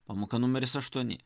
pamoka numeris aštuoni